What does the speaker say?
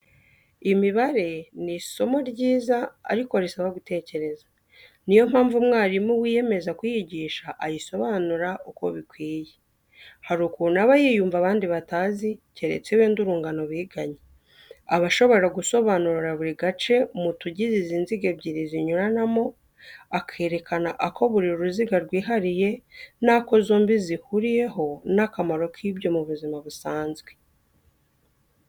Imibare ni isomo ryiza ariko risaba gutekereza, ni yo mpamvu umwarimu wiyemeza kuyigisha ayisobanura uko bikwiye, hari ukuntu aba yiyumva abandi batazi, keretse wenda urungano biganye; aba ashobora gusobanura buri gace mu tugize izi nziga ebyiri zinyuranamo, akerekana ako buri ruziga rwihariye n'ako zombi zihuriyeho n'akamaro k'ibyo mu buzima busanzwe.